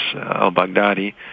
al-Baghdadi